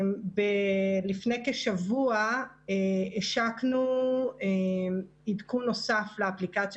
לפני כשבוע השקנו עדכון נוסף לאפליקציה